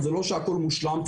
זה לא שהכול מושלם,